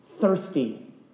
Thirsty